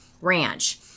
ranch